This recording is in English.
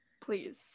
please